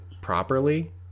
properly